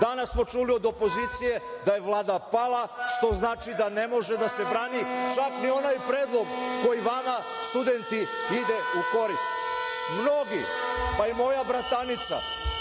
smo čuli od opozicije da je Vlada pala, što znači da ne može da se brani čak ni onaj predlog koji vama, studenti, ide u korist. Mnogi, pa i moja bratanica,